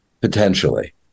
potentially